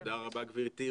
תודה רבה, גברתי.